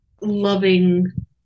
loving